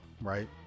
right